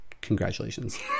congratulations